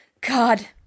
God